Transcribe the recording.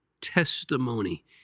testimony